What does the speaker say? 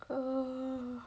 err